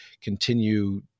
continue